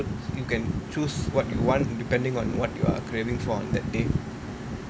you can choose what you want depending on what you're craving for on that day